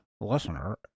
Listener